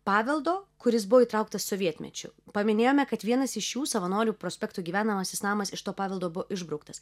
paveldo kuris buvo įtrauktas sovietmečiu paminėjome kad vienas iš jų savanorių prospekto gyvenamasis namas iš to paveldo buvo išbrauktas